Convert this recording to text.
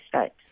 states